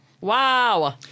Wow